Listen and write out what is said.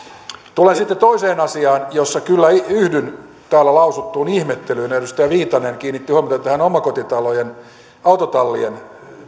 tulen sitten toiseen asiaan jossa kyllä yhdyn täällä lausuttuun ihmettelyyn edustaja viitanen kiinnitti huomiota tähän omakotitalojen autotallien